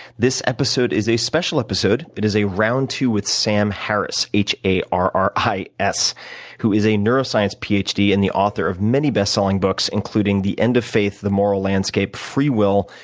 this episode is a special episode. it is a round two with sam harris h a r r i s who is a neuroscience ph d. and the author of many bestselling books, including the end of faith, the moral landscape, free will,